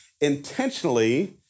intentionally